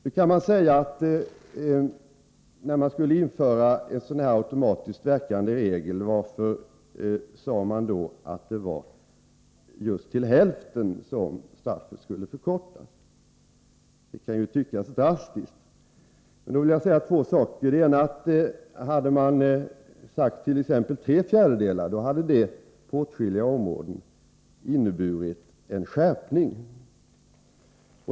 Varför bestämdes det då, när man införde denna automatiskt verkande regel, att straffet skulle förkortas till just hälften? Det kan ju tyckas vara drastiskt. Jag vill då säga två saker. Den ena är att hade man fastställt förkortningen till exempelvis tre fjärdedelar, skulle det på åtskilliga områden ha inneburit en skärpning.